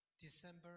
December